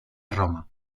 roma